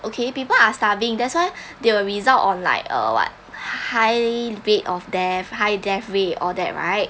okay people are starving that's why they will result on like uh what high rate of death high death rate all that right